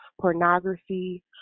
pornography